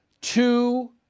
Two